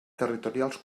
territorials